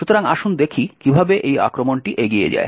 সুতরাং আসুন দেখি কিভাবে এই আক্রমণটি এগিয়ে যায়